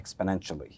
exponentially